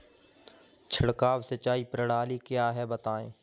छिड़काव सिंचाई प्रणाली क्या है बताएँ?